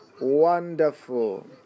Wonderful